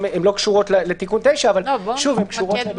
הן לא קשורות לתיקון 9. שתי שאלות